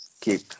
Keep